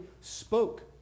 spoke